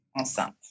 enceinte